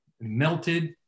melted